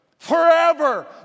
Forever